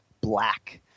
Black